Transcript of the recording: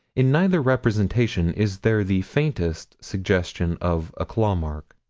in neither representation is there the faintest suggestion of a claw-mark.